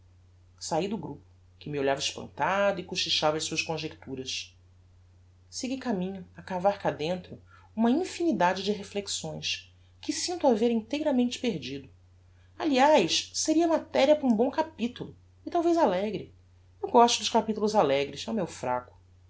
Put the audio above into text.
saí do grupo que me olhava espantado e cochichava as suas conjecturas segui caminho a cavar cá dentro uma infinidade de reflexões que sinto haver inteiramente perdido aliás seria materia para um bom capitulo e talvez alegre eu gósto dos capitulos alegres é o meu fraco